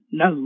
no